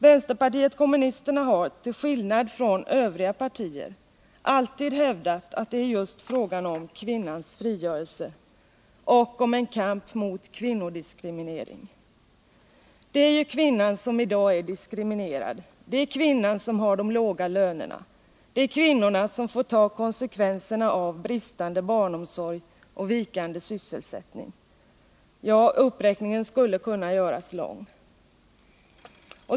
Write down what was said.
Vänsterpartiet kommunisterna har, till skillnad från övriga partier, alltid hävdat att det är just fråga om kvinnans frigörelse och om en kamp mot kvinnodiskriminering. Det är ju kvinnan som i dag är diskriminerad, det är kvinnorna som har de låga lönerna, det är kvinnorna som får ta konsekvenserna av bristande barnomsorg och vikande sysselsättning — ja, uppräkningen skulle kunna göras lång.